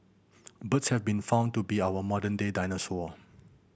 birds have been found to be our modern day dinosaur